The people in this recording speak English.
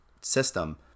system